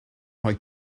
rhoi